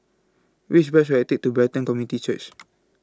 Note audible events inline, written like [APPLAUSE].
Which Bus should I Take to Brighton Community Church [NOISE]